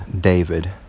David